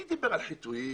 מי דיבר על חיטויים?